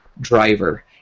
driver